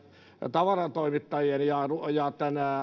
tavarantoimittajiemme ja